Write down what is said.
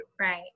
right